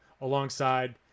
alongside